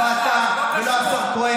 מה זה קשור ל-1994 כשעליתם?